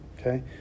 Okay